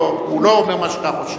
הוא לא מה שאתה חושב.